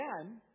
again